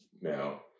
Now